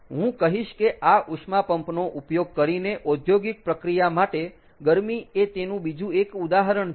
હું કહીશ કે આ ઉષ્મા પંપ નો ઉપયોગ કરીને ઔદ્યોગિક પ્રક્રિયા માટે ગરમી એ તેનું બીજું એક ઉદાહરણ છે